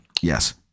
yes